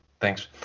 thanks